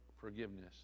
forgiveness